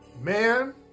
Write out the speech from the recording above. Man